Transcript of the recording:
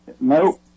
No